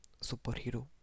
superhero